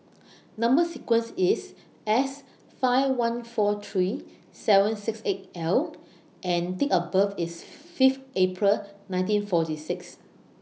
Number sequence IS S five one four three seven six eight L and Date of birth IS five April nineteen forty six